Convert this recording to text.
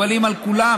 מקובלים על כולם,